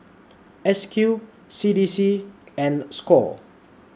S Q C D C and SCORE